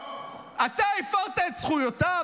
נאור --- אתה הפרת את זכויותיו?